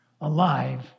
alive